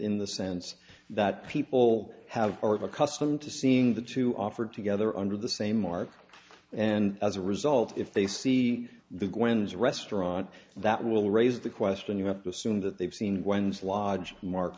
in the sense that people have more of accustomed to seeing the two offered together under the same market and as a result if they see the gwen's restaurant that will raise the question you have to assume that they've seen when's logic mark